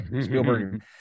spielberg